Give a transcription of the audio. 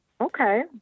Okay